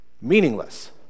meaningless